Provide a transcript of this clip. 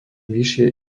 vyššie